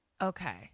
Okay